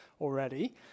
already